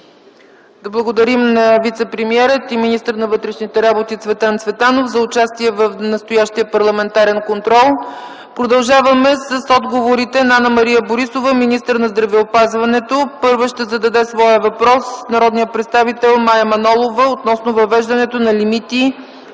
Да благодарим на вицепремиера и министър на вътрешните работи Цветан Цветанов за участието му в настоящия парламентарен контрол. Продължаваме с отговорите на Анна-Мария Борисова – министър на здравеопазването. Първа ще зададе своя въпрос народният представител Мая Манолова относно въвеждането на лимити